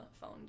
phone